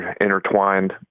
intertwined